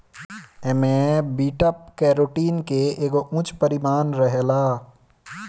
एमे beta carotene के एगो उच्च परिमाण रहेला